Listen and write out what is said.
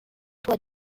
toit